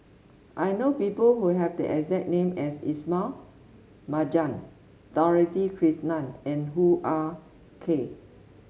I know people who have the exact name as Ismail Marjan Dorothy Krishnan and Hoo Ah Kay